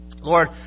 Lord